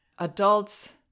Adults